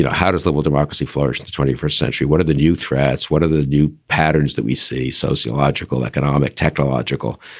yeah how does a little democracy flourish in the twenty first century? what are the new threats? what are the new patterns that we see, sociological, economic, technological?